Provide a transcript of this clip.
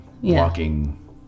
walking